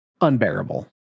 unbearable